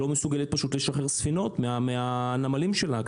לא מסוגלת פשוט לשחרר ספינות מהנמלים שלה,